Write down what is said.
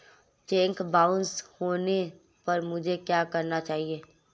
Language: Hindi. चेक बाउंस होने पर मुझे क्या करना चाहिए?